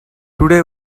today